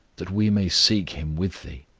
that we may seek him with thee?